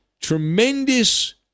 tremendous